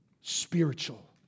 spiritual